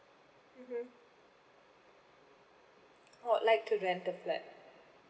mmhmm oh like to rent the flat